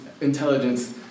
intelligence